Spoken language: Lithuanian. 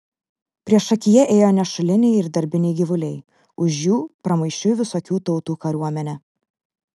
priešakyje ėjo nešuliniai ir darbiniai gyvuliai už jų pramaišiui visokių tautų kariuomenė